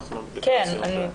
כן.